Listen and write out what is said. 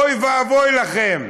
אוי ואבוי לכם,